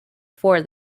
four